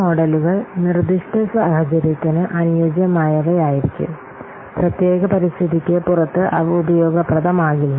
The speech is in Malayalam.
ഈ മോഡലുകൾ നിർദ്ദിഷ്ട സാഹചര്യത്തിന് അനുയോജ്യമായവയായിരിക്കും പ്രത്യേക പരിതസ്ഥിതിക്ക് പുറത്ത് അവ ഉപയോഗപ്രദമാകില്ല